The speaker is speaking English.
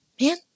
Man